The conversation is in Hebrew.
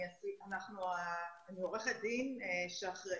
אני עורכת דין שאחראית,